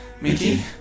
Mickey